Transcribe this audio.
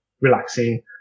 relaxing